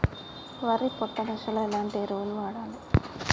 వరి పొట్ట దశలో ఎలాంటి ఎరువును వాడాలి?